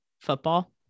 football